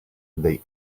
they